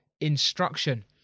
instruction